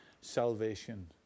salvation